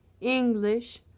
English